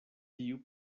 tiu